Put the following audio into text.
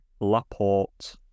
Laporte